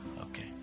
Okay